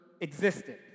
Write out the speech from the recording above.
existed